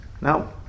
Now